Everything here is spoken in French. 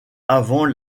avant